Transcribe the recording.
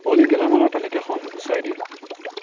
অ'লি গেলামালৰ তালিকাখন গুচাই দিয়া